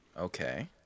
Okay